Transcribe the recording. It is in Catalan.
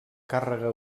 càrrega